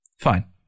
Fine